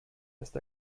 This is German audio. lässt